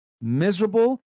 miserable